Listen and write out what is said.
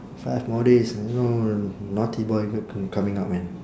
five more days you know naughty boy c~ coming out man